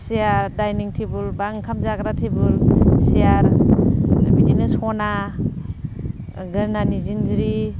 सियार दाइनिं टेबोल बा ओंखाम जाग्रा टेबोल सियार बिदिनो सना गोदोनानि जिनज्रि